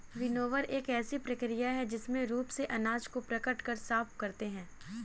winnower एक ऐसी प्रक्रिया है जिसमें रूप से अनाज को पटक कर साफ करते हैं